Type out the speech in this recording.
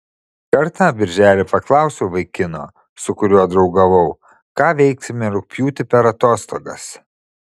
kartą birželį paklausiau vaikino su kuriuo draugavau ką veiksime rugpjūtį per atostogas